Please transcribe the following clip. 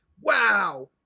wow